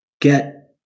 Get